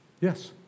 Yes